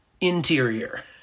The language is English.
interior